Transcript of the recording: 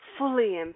fully